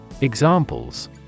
Examples